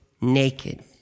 naked